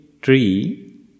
tree